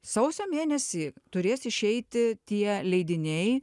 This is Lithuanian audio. sausio mėnesį turės išeiti tie leidiniai